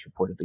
reportedly